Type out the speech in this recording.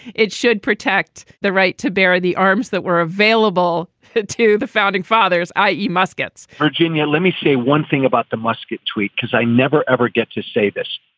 it should protect the right to bear the arms that were available to the founding fathers, i e. muskets virginia, let me say one thing about the musket tweet, because i never, ever get to say this.